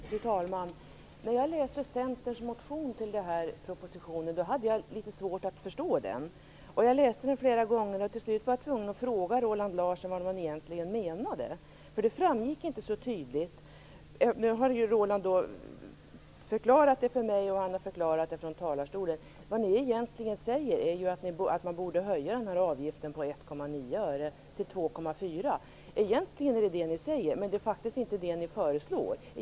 Fru talman! När jag läste Centerns motion hade jag litet svårt att förstå den. Jag läste den flera gånger. Till slut var jag tvungen att fråga Roland Larsson vad han egentligen menade. Det framgick inte så tydligt. Nu har Roland Larsson förklarat det från talarstolen. Vad ni egentligen säger är att man borde höja avgiften från 1,9 öre till 2,4 öre, men det är inte det ni föreslår.